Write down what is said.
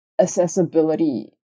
accessibility